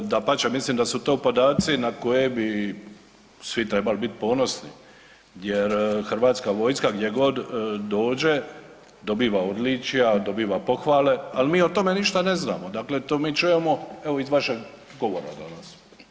Dapače, mislim da su to podaci na koje bi svi trebali bit ponosni jer HV gdje god dođe dobiva odličja, dobiva pohvale, al mi o tome ništa ne znamo, dakle to mi čujemo evo iz vašeg govora danas.